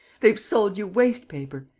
they've sold you waste paper!